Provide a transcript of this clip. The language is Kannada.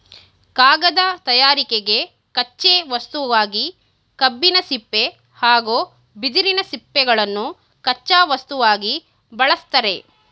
ಕಾಗದ ತಯಾರಿಕೆಗೆ ಕಚ್ಚೆ ವಸ್ತುವಾಗಿ ಕಬ್ಬಿನ ಸಿಪ್ಪೆ ಹಾಗೂ ಬಿದಿರಿನ ಸಿಪ್ಪೆಗಳನ್ನು ಕಚ್ಚಾ ವಸ್ತುವಾಗಿ ಬಳ್ಸತ್ತರೆ